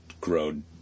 grown